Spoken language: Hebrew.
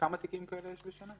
כמה תיקים כאלה יש בשנה?